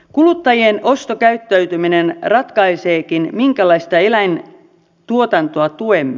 kuluttajien ostokäyttäytyminen ratkaiseekin minkälaista eläintuotantoa tuemme